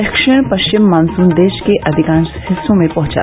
दक्षिण पश्चिम मॉनसून देश के अधिकांश हिस्सों में पहुंचा